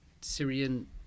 Syrian